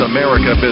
America